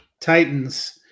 Titans –